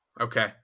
Okay